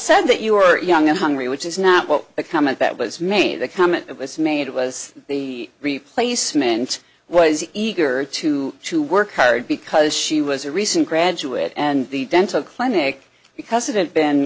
said that you were young and hungry which is not what the comment that was made the comment was made was the replacements was eager to to work hard because she was a recent graduate and the dental clinic because it had been